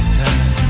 time